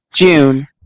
June